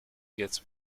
gets